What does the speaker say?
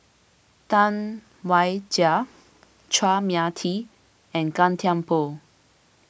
Tam Wai Jia Chua Mia Tee and Gan Thiam Poh